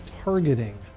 targeting